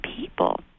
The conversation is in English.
people